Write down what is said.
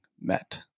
met